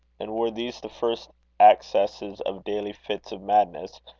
and were these the first accesses of daily fits of madness,